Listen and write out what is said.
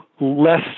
less